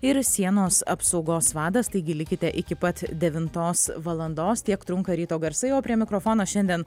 ir sienos apsaugos vadas taigi likite iki pat devintos valandos tiek trunka ryto garsai o prie mikrofono šiandien